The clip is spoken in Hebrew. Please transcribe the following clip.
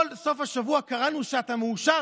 כל סוף השבוע קראנו שאתה מאושר.